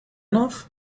enough